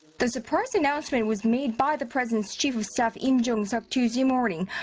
the surprise announcement was made by the president's chief of staff im jong-seok tuesday morning.